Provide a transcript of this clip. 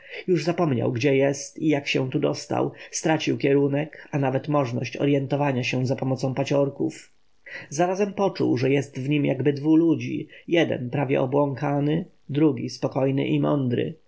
już zapomniał gdzie jest i jak się tu dostał stracił kierunek a nawet możność orjentowania się zapomocą paciorków zarazem poczuł że jest w nim jakby dwu ludzi jeden prawie obłąkany drugi spokojny i mądry